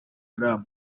haram